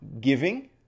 giving